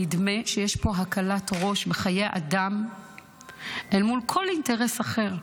נדמה שיש פה הקלת ראש בחיי אדם אל מול כל אינטרס אחר.